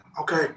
Okay